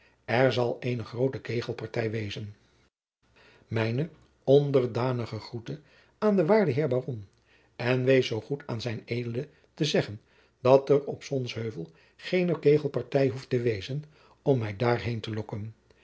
er zal eene groote kegelpartij wezen mijne onderdanige groete aan den waarden heer baron en wees zoo goed aan zijn ed te zeggen dat er op sonheuvel geene kegelpartij behoeft te wezen om mij daar heen te lokken